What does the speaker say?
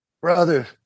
Brother